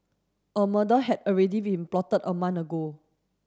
a murder had already been plotted a month ago